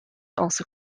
also